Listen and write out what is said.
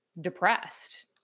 depressed